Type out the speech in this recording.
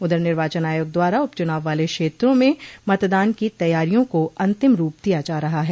उधर निर्वाचन आयोग द्वारा उपचुनाव वाले क्षेत्रों में मतदान की तैयारियों को अन्तिम रूप दिया जा रहा है